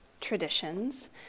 traditions